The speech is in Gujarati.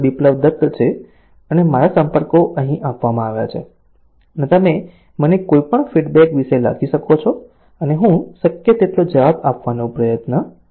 બિપ્લબ દત્ત છે અને મારા સંપર્કો અહીં આપવામાં આવ્યા છે તમે મને કોઈપણ ફીડબેક વિશે લખી શકો છો અને હું શક્ય તેટલો જવાબ આપવાનો પ્રયત્ન કરીશ